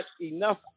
enough